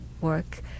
work